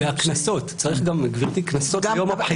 והקנסות, גברתי, צריך קנסות ביום הבחירות.